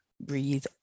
Breathe